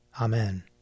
Amen